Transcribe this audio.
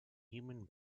human